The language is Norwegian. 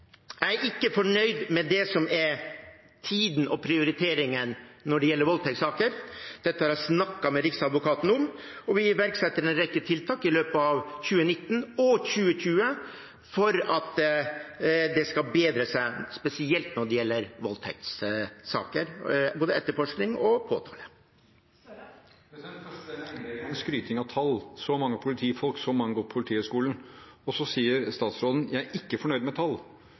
Jeg er ikke fornøyd med tiden som går og prioriteringen når det gjelder voldtektssaker. Dette har jeg snakket med Riksadvokaten om, og vi iverksetter en rekke tiltak i løpet av 2019 og 2020 for at det skal bedre seg, spesielt når det gjelder voldtektssaker, både etterforskning og påtale. Første delen av innlegget er en skryting med tall – så mange politifolk, så mange har gått på Politihøgskolen – og så sier statsråden: Jeg er ikke fornøyd med tallene. Dette er ikke tall,